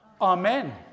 Amen